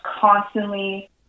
constantly